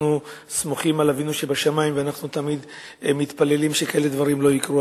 אנחנו סמוכים על אבינו שבשמים ותמיד מתפללים שדברים כאלה לא יקרו,